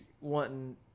wanting